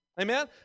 Amen